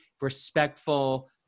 respectful